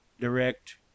direct